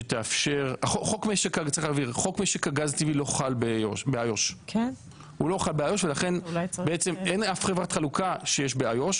חוק משק הגז הטבעי לא חל באיו"ש ולכן בעצם אין אף חברת חלוקה שיש באיו"ש